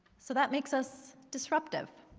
so that makes us disruptive.